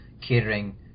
catering